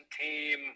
team